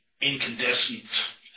incandescent